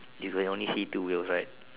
you can only see two wheels right